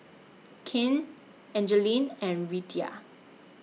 Cain Angeline and Reatha